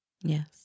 Yes